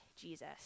Jesus